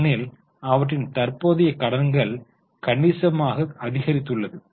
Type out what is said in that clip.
ஏனெனில் அவற்றின் தற்போதைய கடன்கள் கணிசமாக அதிகரித்துள்ளது